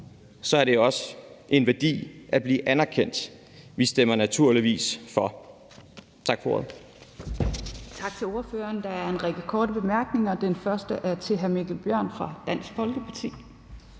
har det også en værdi at blive anerkendt. Vi stemmer naturligvis for forslaget.